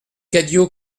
cadio